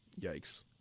Yikes